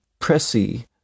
pressy